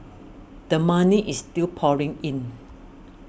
the money is still pouring in